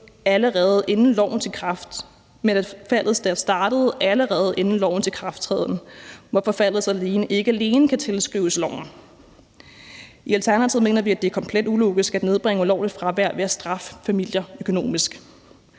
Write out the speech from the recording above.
i elevernes ulovlige fravær, men at faldet startede allerede inden lovens ikrafttræden, hvorfor faldet så ikke alene kan tilskrives loven. I Alternativet mener vi, at det er komplet ulogisk at nedbringe ulovligt fravær ved at straffe familier økonomisk.